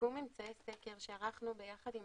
סיכום ממצאי סקר שערכנו ביחד עם